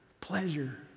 pleasure